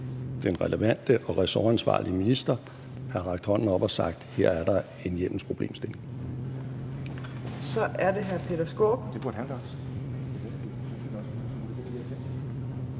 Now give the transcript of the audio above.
den relevante og ressortansvarlige minister have rakt hånden op og sagt: Her er der en hjemmelsproblemstilling.